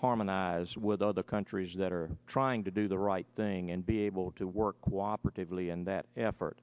harmonize with other countries that are trying to do the right thing and be able to work while particularly in that effort